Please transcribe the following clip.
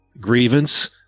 grievance